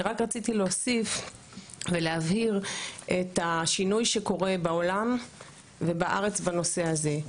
אני רק רציתי להוסיף ולהבהיר את השינוי שקורה בעולם ובארץ בנושא הזה.